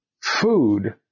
food